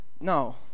no